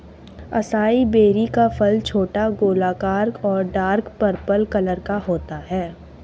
acai berry का फल छोटा, गोलाकार और डार्क पर्पल कलर का होता है